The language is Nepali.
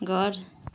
घर